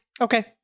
Okay